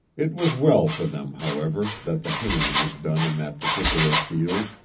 it was well for them, however, that the haying was done in that particular field,